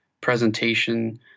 presentation